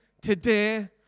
today